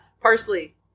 Parsley